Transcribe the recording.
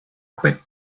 quit